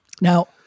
now